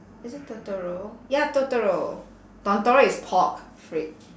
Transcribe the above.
is it totoro ya totoro is pork freak